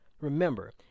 Remember